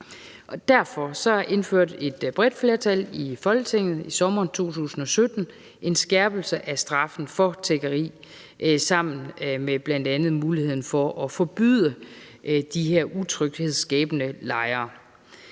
Derfor indførte et bredt flertal i Folketinget i sommeren 2017 en skærpelse af straffen for tiggeri sammen med bl.a. muligheden for at forbyde de her utryghedsskabende lejre.